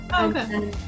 Okay